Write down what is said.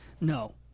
No